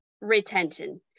retention